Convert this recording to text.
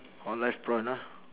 orh live prawn ah